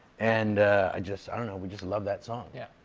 and i just i don't know. we just loved that song. yeah.